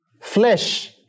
flesh